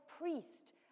priest